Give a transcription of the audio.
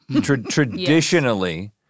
traditionally